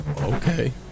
Okay